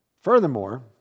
Furthermore